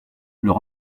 leur